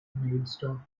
maidstone